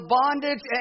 bondage